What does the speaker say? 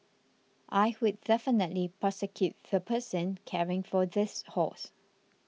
I would definitely prosecute the person caring for this horse